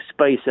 space